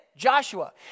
Joshua